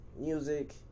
music